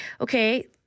Okay